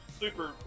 super